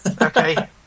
Okay